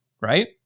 right